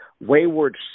wayward